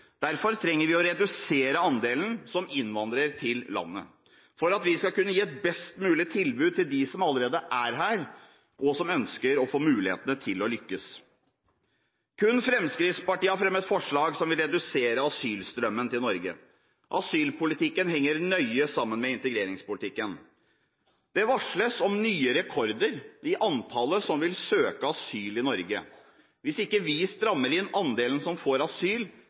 Derfor trenger vi å redusere andelen som innvandrer til landet, for at vi skal kunne gi et best mulig tilbud til dem som allerede er her, og som ønsker å få mulighetene til å lykkes. Kun Fremskrittspartiet har fremmet forslag som vil redusere asylstrømmen til Norge. Asylpolitikken henger nøye sammen med integreringspolitikken. Det varsles om nye rekorder i antallet som vil søke asyl i Norge. Hvis ikke vi strammer inn andelen som får asyl,